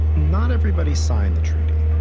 not everybody signed the treaty.